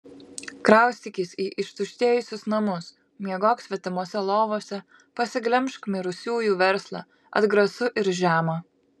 kraustykis į ištuštėjusius namus miegok svetimose lovose pasiglemžk mirusiųjų verslą atgrasu ir žema